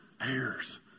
Heirs